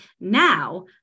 Now